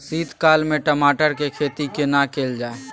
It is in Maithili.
शीत काल में टमाटर के खेती केना कैल जाय?